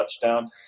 touchdown